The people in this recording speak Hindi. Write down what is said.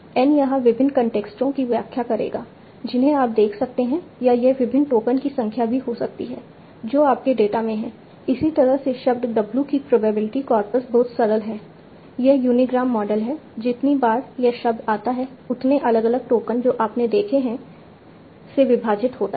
N यहां विभिन्न कॉन्टेक्स्टों की व्याख्या करेगा जिन्हें आप देख सकते हैं या यह विभिन्न टोकन की संख्या भी हो सकती है जो आपके डेटा में है इसी तरह से शब्द w की प्रोबेबिलिटी कॉर्पस बहुत सरल है यह यूनीग्राम मॉडल है जितनी बार यह शब्द आता है उतने अलग अलग टोकन जो आपने देखे हैं से विभाजित होता है